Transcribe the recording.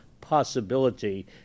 possibility